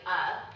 up